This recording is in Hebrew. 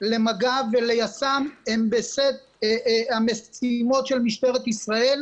למג"ב וליס"מ היא בסט המשימות של משטרת ישראל,